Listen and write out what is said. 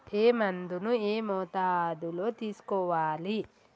ఏ మందును ఏ మోతాదులో తీసుకోవాలి?